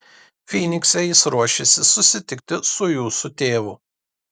fynikse jis ruošėsi susitikti su jūsų tėvu